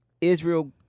Israel